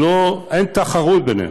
אין תחרות ביניהם,